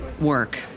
work